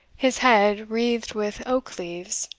his head wreathed with oak leaves,